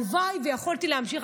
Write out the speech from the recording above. הלוואי שיכולתי להמשיך.